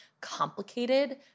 complicated